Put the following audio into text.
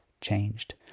changed